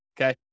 okay